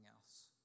else